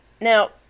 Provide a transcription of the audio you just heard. Now